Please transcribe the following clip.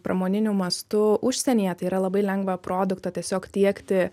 pramoniniu mastu užsienyje tai yra labai lengva produktą tiesiog tiekti